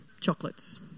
chocolates